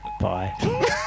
bye